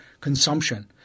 consumption